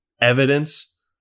evidence